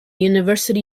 university